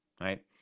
right